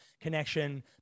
connection